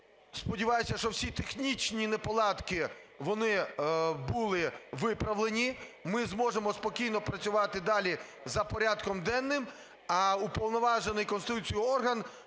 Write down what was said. сподіваюся, що всі технічні неполадки, вони були виправлені. Ми зможемо спокійно працювати далі за порядком денним. А уповноважений Конституцією орган